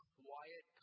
quiet